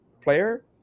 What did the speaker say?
player